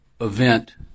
event